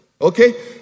Okay